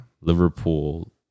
liverpool